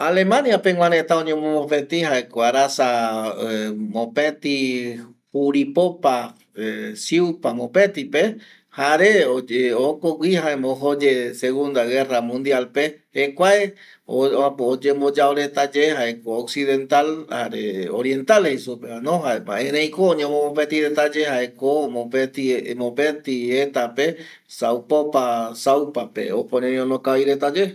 Alemania pegua reta jaeko oñemomopeti jaeko arasa mopeti juripopa siupa mopetipe jare jokogui jaema ojoye segunda guerra mundialpe jekua oyomboyao retaye jaeko occidental jare oriental jeisupevano jaema ëreiko oñomopetiretaye jaeko mopeti mopti etape saupopa saupape opa oñeñono kavi retaye